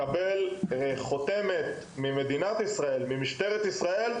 מקבל חותמת ממדינת ישראל וממשטרת ישראל,